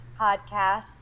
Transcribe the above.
podcasts